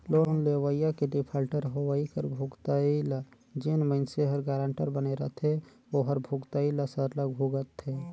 loan लेवइया के defaulter होवई कर भुगतई ल जेन मइनसे हर गारंटर बने रहथे ओहर भुगतई ल सरलग भुगतथे